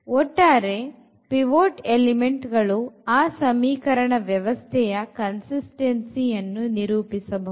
ಒಟ್ಟಾರೆ pivot element ಗಳು ಆ ಸಮೀಕರಣ ವ್ಯವಸ್ಥೆ ಯ ಕನ್ಸಿಸ್ಟೆನ್ಸಿ ಯನ್ನು ನಿರೂಪಿಸಬಹುದು